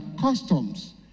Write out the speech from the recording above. customs